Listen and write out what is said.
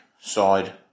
side